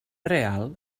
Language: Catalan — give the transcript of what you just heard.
real